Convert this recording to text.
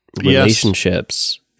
relationships